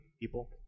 people